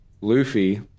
Luffy